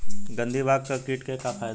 गंधी बग कीट के का फायदा बा?